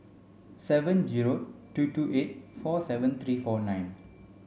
seven zero two two eight four seven three four nine